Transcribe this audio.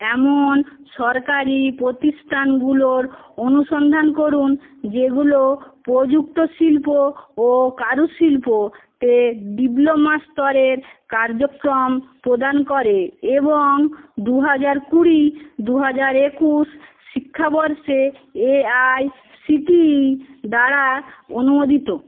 এমন সরকারি প্রতিষ্টানগুলোর অনুসন্ধান করুন যেগুলো প্রযুক্ত শিল্প ও কারুশিল্পতে ডিপ্লোমা স্তরের কার্যক্রম প্রদান করে এবং দু হাজার কুড়ি দু হাজার একুশ শিক্ষাবর্ষে A I C T E দ্বারা অনুমোদিত